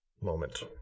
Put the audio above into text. moment